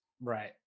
right